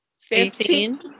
Fifteen